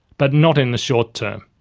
but not in the short term.